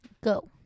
Go